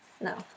No